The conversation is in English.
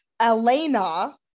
Elena